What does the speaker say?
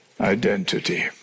identity